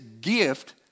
gift